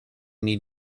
need